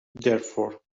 therefore